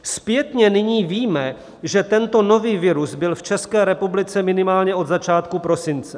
Zpětně nyní víme, že tento nový virus byl v České republice minimálně od začátku prosince.